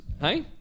Hey